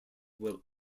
will